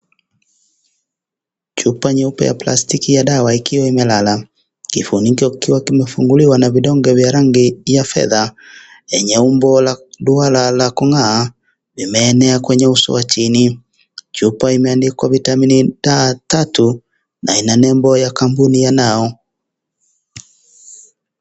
Chupa nyeupe ya plastiki ya dawa ikiwa imelala. Kifuniko kikiwa kimefunguliwa na vidonge vya rangi ya fedha yenye umbo la duara la kung'aa limeenea kwenye uso wa chini. Chupa imeandikwa vitamini D tatu, na ina nembo ya kampuni ya now .